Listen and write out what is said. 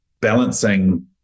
balancing